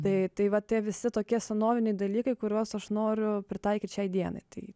tai tai va tie visi tokie senoviniai dalykai kuriuos aš noriu pritaikyt šiai dienai tai